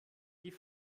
die